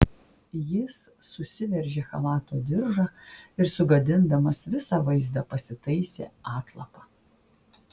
jis susiveržė chalato diržą ir sugadindamas visą vaizdą pasitaisė atlapą